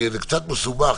כי זה קצת מסובך,